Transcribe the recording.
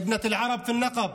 ילדת הערבים בנגב,